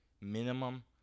minimum